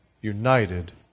united